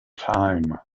time